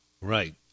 Right